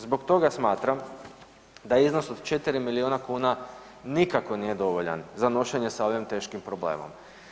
Zbog toga smatram da je iznos od četiri milijuna kuna nikako nije dovoljan za nošenje sa ovim teškim problemom.